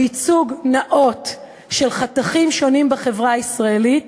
ייצוג נאות של חתכים שונים בחברה הישראלית